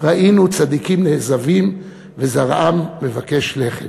ראינו צדיקים נעזבים וזרעם מבקש לחם.